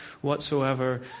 whatsoever